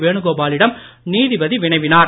வேணுகோபாலிடம் நீதிபதி வினவினார்